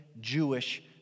Jewish